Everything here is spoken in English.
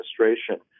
administration